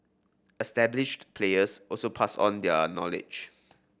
established players also pass on their knowledge